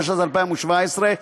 התשע"ז 2017,